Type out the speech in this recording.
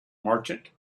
merchant